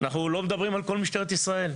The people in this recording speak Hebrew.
אנחנו לא מדברים על כל משטרת ישראל.